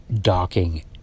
docking